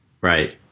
right